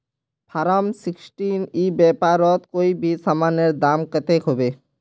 Form sixteen ई व्यापारोत कोई भी सामानेर दाम कतेक होबे?